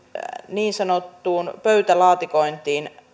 niin sanottuun pöytälaatikointiin